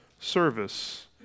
service